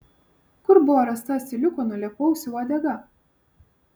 kur buvo rasta asiliuko nulėpausio uodega